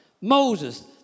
Moses